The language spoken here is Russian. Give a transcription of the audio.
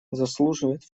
заслуживает